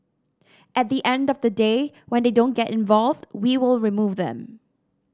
at the end of the day when they don't get involved we will remove them